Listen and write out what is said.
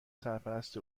سرپرست